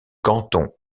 canton